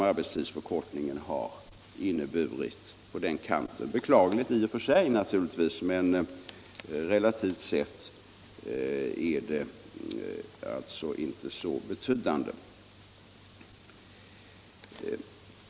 Det är naturligtvis en beklaglig minskning i och för sig men relativt sett är den inte särskilt betydande.